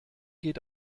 geht